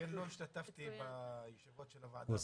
לכן לא השתתפתי בישיבות של הוועדה.